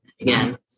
Again